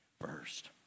first